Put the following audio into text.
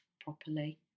properly